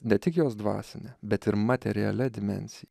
ne tik jos dvasine bet ir materialia dimensija